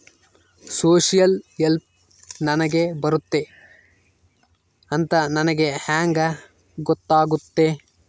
Social help ನನಗೆ ಬರುತ್ತೆ ಅಂತ ನನಗೆ ಹೆಂಗ ಗೊತ್ತಾಗುತ್ತೆ?